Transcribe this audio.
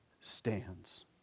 stands